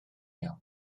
iawn